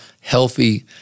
healthy